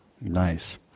Nice